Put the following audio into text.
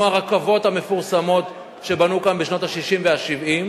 הרכבות המפורסמות שבנו כאן בשנות ה-60 וה-70,